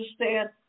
understand